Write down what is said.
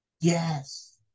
Yes